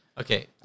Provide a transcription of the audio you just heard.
Okay